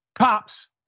Cops